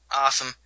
Awesome